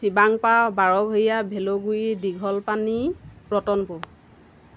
Dibangpar Barghoria Bhelguri Dighal Pani Ratanpur